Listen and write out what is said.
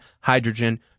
hydrogen